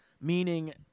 Meaning